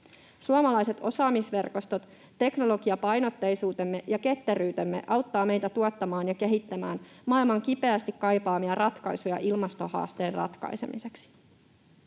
Suomalaiset osaamisverkostot, teknologiapainotteisuutemme ja ketteryytemme auttaa meitä tuottamaan ja kehittämään maailman kipeästi kaipaamia ratkaisuja ilmastohaasteen ratkaisemiseksi.